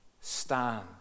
stand